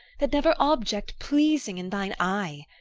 that never object pleasing in thine eye,